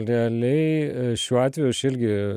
realiai šiuo atveju aš ilgi